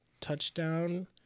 touchdown